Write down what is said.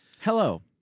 Hello